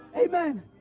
amen